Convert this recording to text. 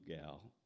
gal